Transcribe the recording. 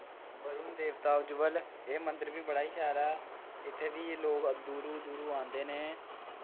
बरुण देवता उज्जवल एह् मन्दर बी बड़ा ई शैल ऐ इत्थें बी लोक दूरों दूरों आंदे न